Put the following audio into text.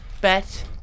bet